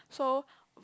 so we